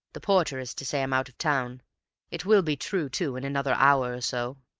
the porter is to say i'm out of town it will be true, too, in another hour or so.